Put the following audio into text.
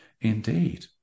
indeed